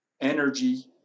energy